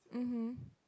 mmhmm